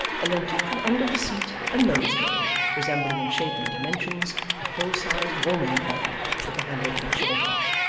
and then took from under the seat a nosegay resembling in shape and dimensions a full-sized warming-pan with the handle cut short off.